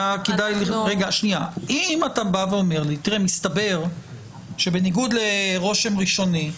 אם אתה בא ואומר לי שמסתבר שבניגוד לרושם ראשוני,